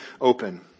open